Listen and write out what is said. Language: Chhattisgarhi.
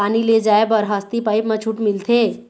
पानी ले जाय बर हसती पाइप मा छूट मिलथे?